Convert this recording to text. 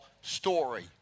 story